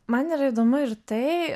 man yra įdomu ir tai